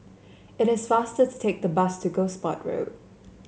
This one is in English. it is faster to take the bus to Gosport Road